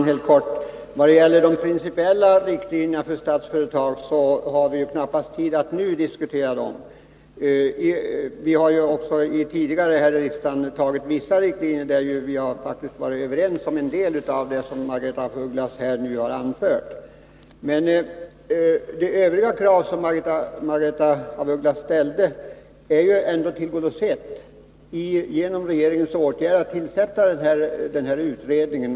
Herr talman! De principiella riktlinjerna för Statsföretag har vi nu knappast tid att diskutera. Vi har här i riksdagen tidigare antagit vissa riktlinjer, där vi faktiskt varit överens om en del, dock inte allt av det som Margaretha af Ugglas nu har anfört. Det krav som Margaretha af Ugglas ställde i övrigt är ju ändå tillgodosett genom regeringens åtgärd att tillsätta den här utredningen.